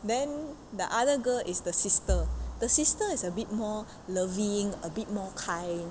then the other girl is the sister the sister is a bit more loving a bit more kind